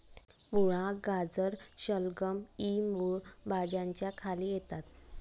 मुळा, गाजर, शलगम इ मूळ भाज्यांच्या खाली येतात